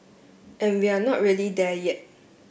and we're not really there yet